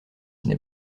n’est